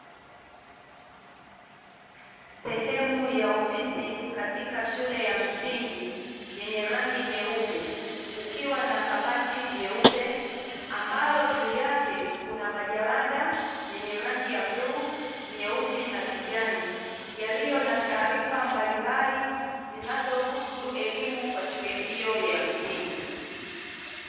Sehemu ya ofisi katika shule ya msingi yenye rangi nyeupe, kukiwa na kabati jeupe ambalo juu yake kuna majalada yenye rangi ya: bluu, nyeusi na kijani; yaliyo na taarifa mbalimbali zinazohusu elimu kwa shule hiyo ya msingi.